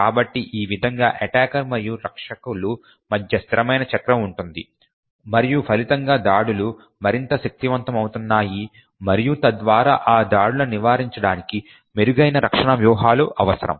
కాబట్టి ఈ విధంగా ఎటాకర్ మరియు రక్షకుల మధ్య స్థిరమైన చక్రం ఉంటుంది మరియు ఫలితంగా దాడులు మరింత శక్తివంతమవుతున్నాయి మరియు తద్వారా ఈ దాడులను నివారించడానికి మెరుగైన రక్షణ వ్యూహాలు అవసరం